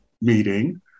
meeting